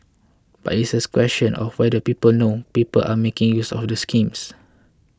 but it is a question of whether people know people are making use of the schemes